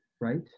right